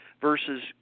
versus